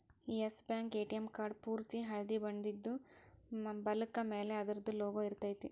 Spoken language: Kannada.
ಎಸ್ ಬ್ಯಾಂಕ್ ಎ.ಟಿ.ಎಂ ಕಾರ್ಡ್ ಪೂರ್ತಿ ಹಳ್ದಿ ಬಣ್ಣದಿದ್ದು, ಬಲಕ್ಕ ಮ್ಯಾಲೆ ಅದರ್ದ್ ಲೊಗೊ ಇರ್ತೆತಿ